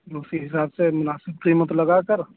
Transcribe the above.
اسی حساب سے مناسب قیمت لگا کر